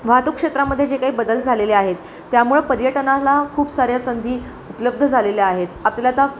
वाहतूक क्षेत्रामध्ये जे काही बदल झालेले आहेत त्यामुळं पर्यटनाला खूप साऱ्या संधी उपलब्ध झालेल्या आहेत आपलं आता